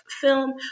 film